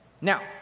Now